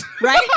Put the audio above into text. right